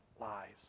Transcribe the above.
lives